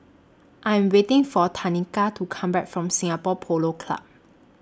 I Am waiting For Tanika to Come Back from Singapore Polo Club